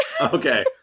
Okay